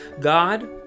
God